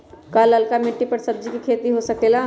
का लालका मिट्टी कर सब्जी के भी खेती हो सकेला?